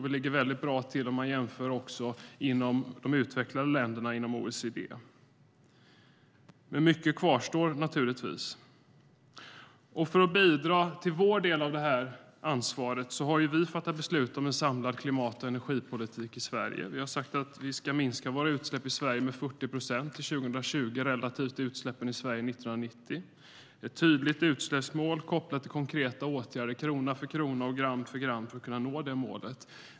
Vi ligger också bra till när man jämför de utvecklade länderna inom OECD. Mycket återstår dock. För att bidra till vår del av ansvaret har vi fattat beslut om en samlad klimat och energipolitik i Sverige. Vi ska minska våra utsläpp i Sverige med 40 procent till 2020 relativt utsläppen i Sverige 1990. Det är ett tydligt utsläppsmål kopplat till konkreta åtgärder, krona för krona och gram för gram, för att kunna nå det målet.